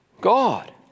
God